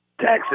Texas